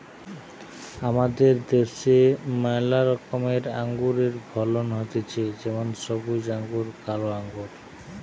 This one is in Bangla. আমাদের দ্যাশে ম্যালা রকমের আঙুরের ফলন হতিছে যেমন সবুজ আঙ্গুর, কালো আঙ্গুর